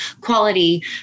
quality